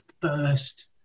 first